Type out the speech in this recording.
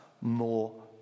more